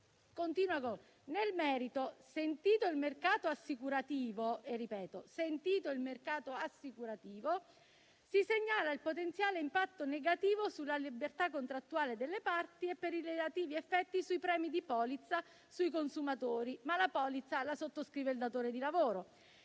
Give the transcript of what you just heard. continua: nel merito, sentito il mercato assicurativo - lo sottolineo - si segnala il potenziale impatto negativo sulla libertà contrattuale delle parti e per i relativi effetti sui premi di polizza sui consumatori (ma la polizza la sottoscrive il datore di lavoro).